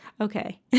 Okay